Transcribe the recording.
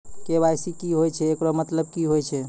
KYC की होय छै, एकरो मतलब की होय छै?